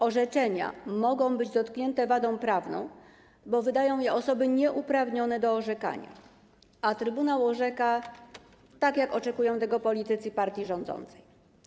Orzeczenia mogą być dotknięte wadą prawną, bo wydają je osoby nieuprawnione do orzekania, a trybunał orzeka tak, jak oczekują tego politycy partii rządzącej.